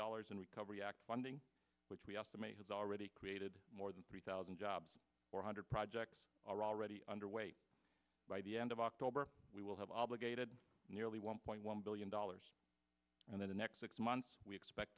dollars in recovery act funding which we estimate has already created more than three thousand jobs four hundred projects are already underway by the end of october we will have obligated nearly one point one billion dollars and the next six months we expect